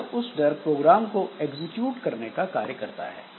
यह उस प्रोग्राम को एग्जीक्यूट करने का कार्य करता है